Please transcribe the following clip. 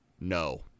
no